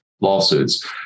lawsuits